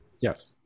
Yes